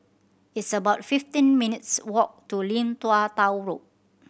it's about fifteen minutes' walk to Lim Tua Tow Road